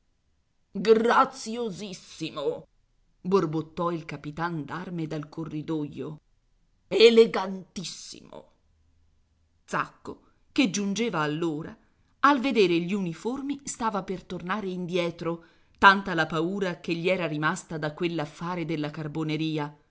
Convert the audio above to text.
graziosissimo borbottò il capitan d'arme dal corridoio elegantissimo zacco che giungeva allora al vedere gli uniformi stava per tornare indietro tanta la paura che gli era rimasta da quell'affare della carboneria